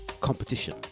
competition